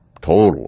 total